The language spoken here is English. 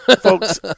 folks